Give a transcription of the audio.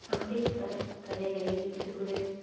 அம்பேத்கார் கதைகளை எடுத்துக் கொடு